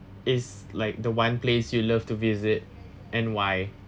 it's like the one place you love to visit and why